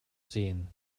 sehen